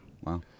Wow